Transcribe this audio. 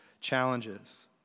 challenges